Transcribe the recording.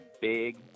big